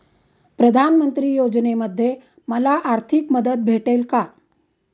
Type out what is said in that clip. प्रधानमंत्री योजनेमध्ये मला आर्थिक मदत भेटेल का?